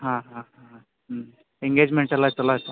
ಹಾಂ ಹಾಂ ಹಾಂ ಹ್ಞೂ ಎಂಗೇಜ್ಮೆಂಟ್ ಎಲ್ಲ ಛಲೋ ಆಯ್ತಾ